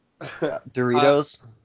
Doritos